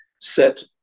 set